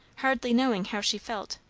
hardly knowing how she felt,